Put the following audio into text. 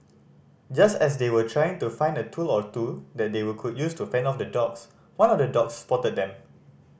just as they were trying to find a tool or two that they would could use to fend off the dogs one of the dogs spotted them